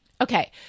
Okay